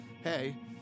hey